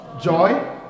joy